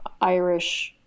Irish